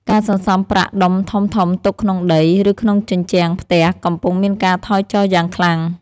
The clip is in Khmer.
ការសន្សំប្រាក់ដុំធំៗទុកក្នុងដី ឬក្នុងជញ្ជាំងផ្ទះ កំពុងមានការថយចុះយ៉ាងខ្លាំង។